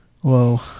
Whoa